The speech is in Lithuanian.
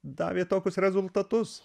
davė tokius rezultatus